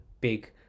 big